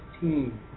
team